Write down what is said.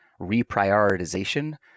reprioritization